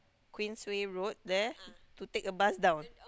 Queens way road there to take a bus down